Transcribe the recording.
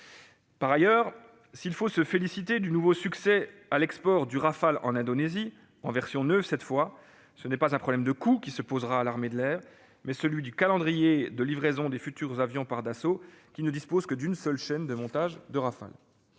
Par ailleurs, bien qu'il faille se féliciter du nouveau succès à l'export du Rafale en Indonésie, en version neuve cette fois, ce n'est pas un problème de coût qui se posera à l'armée de l'air, mais bien celui du calendrier de livraison des futurs avions par Dassault, qui ne dispose que d'une seule chaîne de montage de Rafale-